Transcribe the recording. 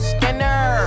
Skinner